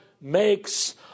makes